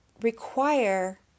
require